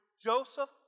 Joseph